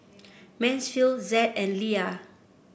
Mansfield Zed and Leah